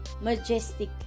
majestic